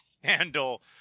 handle